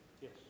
Yes